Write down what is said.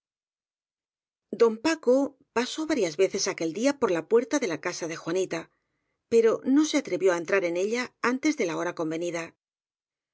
don paco pasó varias veces aquel día por la puerta de la casa de juanita pero no se atrevió a entrar en ella antes de la hora convenida